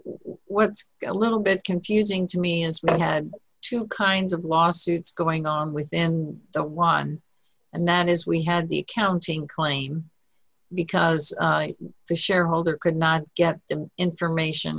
what's a little bit confusing to me is that had two kinds of lawsuits going on within the one and that is we had the accounting claim because the shareholder could not get the information